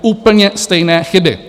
Úplně stejné chyby.